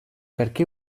perché